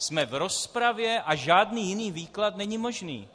Jsme v rozpravě a žádný jiný výklad není možný.